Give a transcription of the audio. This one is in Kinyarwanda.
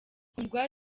kundwa